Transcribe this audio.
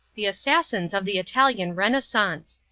the assassins of the italian renaissance.